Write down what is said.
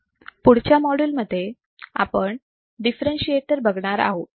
पुढच्या मॉड्यूलमध्ये आपण डिफरेंशीएटर बघणार आहोत